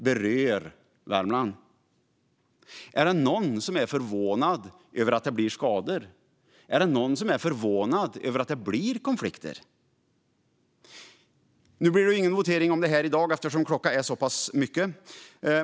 Är det någon som är förvånad över att det blir skador? Är det någon som är förvånad över att det blir konflikter? Det blir ingen votering om detta i dag eftersom klockan är så pass mycket.